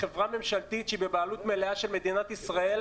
חברה ממשלתית שהיא בבעלות מלאה של מדינת ישראל,